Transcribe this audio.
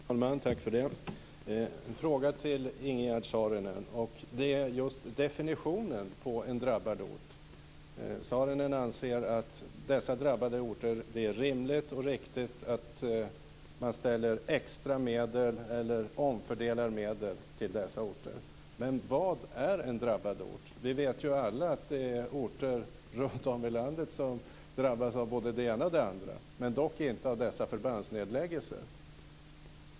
Fru talman! Jag har en fråga till Ingegerd Saarinen. Det gäller definitionen på en drabbad ort. Saarinen anser det rimligt och riktigt att man ställer extra medel till förfogande eller omfördelar medel till dessa drabbade orter. Men vad är en drabbad ort? Vi vet alla att orter runtom i landet drabbas av både det ena och det andra, men dock inte av dessa förbandsnedläggelser.